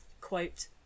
quote